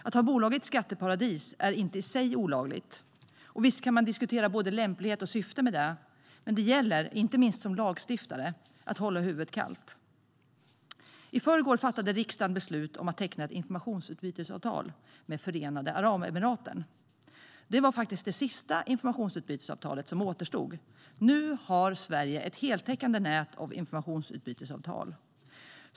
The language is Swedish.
Att ha bolag i ett skatteparadis är inte i sig olagligt. Visst kan man diskutera både lämplighet och syfte. Det gäller, inte minst som lagstiftare, att hålla huvudet kallt. I förrgår fattade riksdagen beslut om att teckna ett informationsutbytesavtal med Förenade Arabemiraten. Det var faktiskt det sista informationsutbytesavtalet som återstod. Nu har Sverige ett heltäckande nät av informationsutbytesavtal.